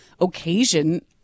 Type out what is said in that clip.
occasion